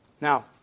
Now